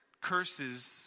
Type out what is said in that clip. curses